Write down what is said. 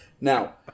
Now